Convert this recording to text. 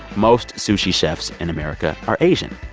most sushi chefs in america are asian.